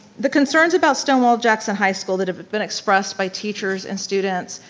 the concerns about stonewall jackson high school that have been expressed by teachers and students,